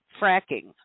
fracking